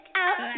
out